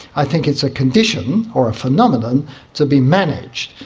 i think it's a condition or a phenomenon to be managed.